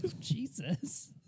Jesus